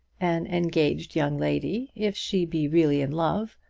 an engaged young lady, if she be really in love,